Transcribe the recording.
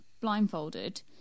blindfolded